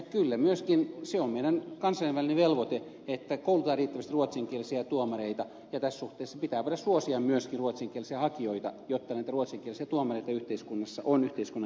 kyllä myöskin se on meidän kansainvälinen velvoitteemme että koulutetaan riittävästi ruotsinkielisiä tuomareita ja tässä suhteessa pitää voida suosia myöskin ruotsinkielisiä hakijoita jotta näitä ruotsinkielisiä tuomareita yhteiskunnassa on yhteiskunnan käytettävissä riittävästi